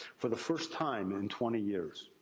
for the first time, in twenty years,